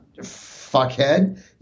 fuckhead